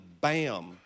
bam